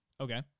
Okay